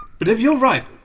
but if you're right,